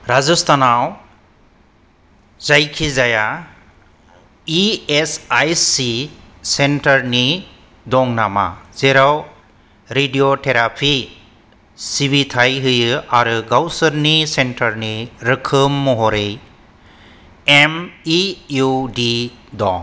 राजस्थानआव जायखिजाया E S I C सेन्टारफोर दं नामा जेराव रेडिय'थेराफि सिबिथाय होयो आरो गावसोरनि सेन्टारनि रोखोम महरै एम इ इउ डी दं